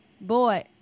boy